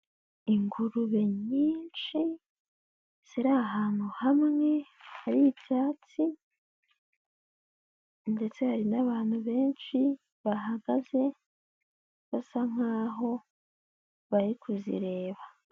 Ingurube nyinshi ziri ahantu hamwe hari icyatsi, ndetse hari n'abantu benshi bahagaze, basa nk'aho bari kuzireba.